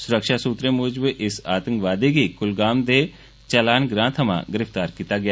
सुरक्षा सूत्रें मूजब इस आतंकवादी गी कुलगाम दे चालान ग्रां सोयां गिरफतार कीता गेआ